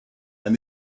and